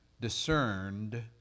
discerned